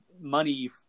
money